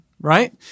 right